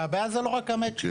והבעיה היא לא רק המצ'ינג.